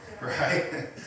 right